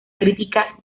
crítica